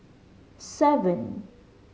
seven